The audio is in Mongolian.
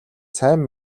сайн